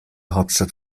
hauptstadt